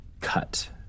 cut